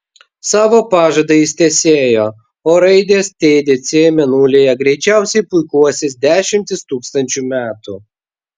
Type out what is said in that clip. savo pažadą jis tęsėjo o raidės tdc mėnulyje greičiausiai puikuosis dešimtis tūkstančių metų